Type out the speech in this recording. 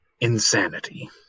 insanity